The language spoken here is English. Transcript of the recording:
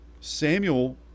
Samuel